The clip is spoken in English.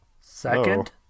Second